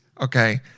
Okay